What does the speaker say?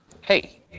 hey